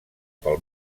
pel